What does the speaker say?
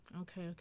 Okay